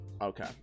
Okay